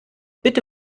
bitte